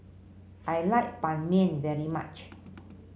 I like Ban Mian very much